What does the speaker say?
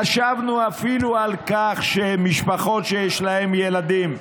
חשבנו אפילו על כך שמשפחות שיש להן ילדים,